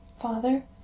Father